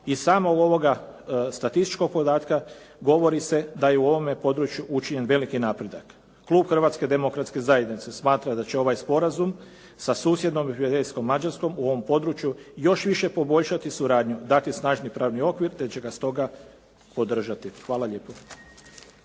i samo od ovoga statističkog podatka govori se da je u ovome području učinjen veliki napredak. Klub Hrvatske demokratske zajednice smatra da će ovaj sporazum sa susjednom i prijateljskom Mađarskom u ovom području još više poboljšati suradnju, dati snažni pravni okvir te će ga stoga podržati. Hvala lijepo.